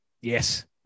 Yes